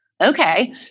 Okay